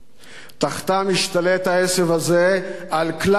תחתם השתלט העשב הזה על כלל השדה,